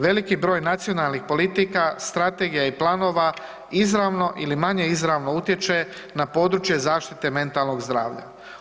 Veliki broj nacionalnih politika, strategija i planova izravno ili manje izravno utječe na područje zaštite mentalnog zdravlja.